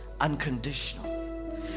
Unconditional